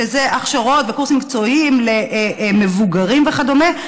שזה הכשרות וקורסים מקצועיים למבוגרים וכדומה.